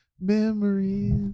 Memories